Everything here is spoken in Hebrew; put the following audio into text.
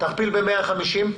תכפיל ב-150.